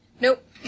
Nope